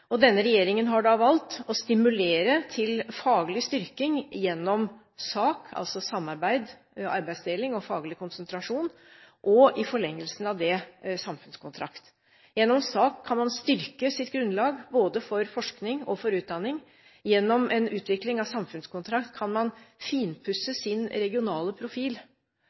sårbare. Denne regjeringen har da valgt å stimulere til faglig styrking gjennom SAK, altså samarbeid, arbeidsdeling og faglig konsentrasjon, og i forlengelsen av det – samfunnskontrakt. Gjennom SAK kan man styrke sitt grunnlag både for forskning og for utdanning. Gjennom en utvikling av samfunnskontrakt kan man finpusse sin regionale profil,